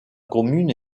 commune